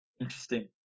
Interesting